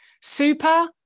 super